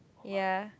ya